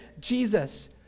Jesus